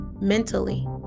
mentally